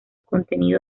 contenido